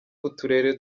b’uturere